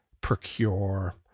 procure